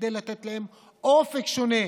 כדי לתת להן אופק שונה,